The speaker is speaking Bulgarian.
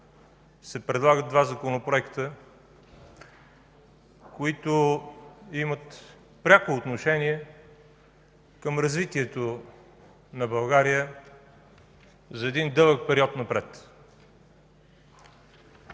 се предлагат два законопроекта, които имат пряко отношение към развитието на България за един дълъг период напред.